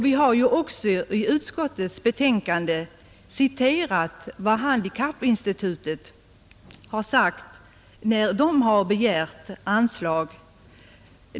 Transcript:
Vi har i utskottets betänkande erinrat om vad handikappinstitutet sagt, när det begärt anslag.